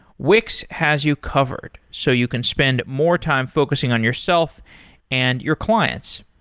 wix has you covered, so you can spend more time focusing on yourself and your clients.